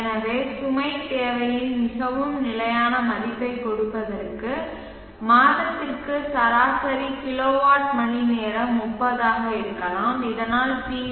எனவே சுமை தேவையின் மிகவும் நிலையான மதிப்பைக் கொடுப்பதற்கு மாதத்திற்கு சராசரி கிலோவாட் மணிநேரம் 30 ஆக இருக்கலாம் இதனால் பி